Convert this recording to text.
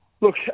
Look